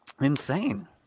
Insane